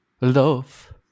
love